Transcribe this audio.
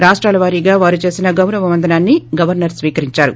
రాష్టాల వారీగా వారు చేసిన గౌరవ వందనాన్ని గవర్న ర్ స్వీకరించారు